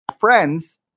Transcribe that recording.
friends